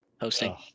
hosting